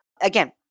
again